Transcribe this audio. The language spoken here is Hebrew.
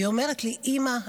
והיא אומרת לי: אימא,